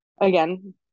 Again